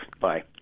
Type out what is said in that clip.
Bye